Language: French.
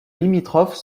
limitrophes